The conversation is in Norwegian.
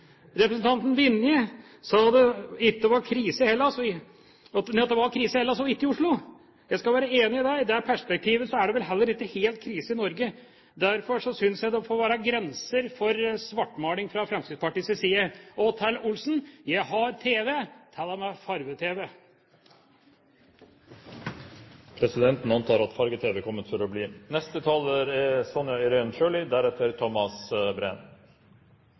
Representanten Vinje sa at det var krise i Hellas og ikke i Oslo. Jeg skal være enig i det: I det perspektivet er det vel heller ikke helt krise i Norge. Derfor synes jeg det får være grenser for svartmaling fra Fremskrittspartiets side. Og til Olsen: Jeg har tv – til og med farge-tv. Presidenten antar at farge-tv er kommet for å bli. Sonja Irene Sjøli